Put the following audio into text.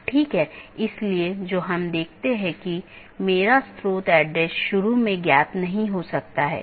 तो AS के भीतर BGP का उपयोग स्थानीय IGP मार्गों के विज्ञापन के लिए किया जाता है